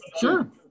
sure